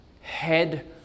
head